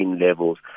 levels